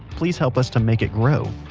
please help us to make it grow.